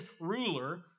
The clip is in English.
ruler